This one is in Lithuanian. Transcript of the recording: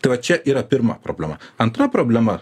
tai va čia yra pirma problema antra problema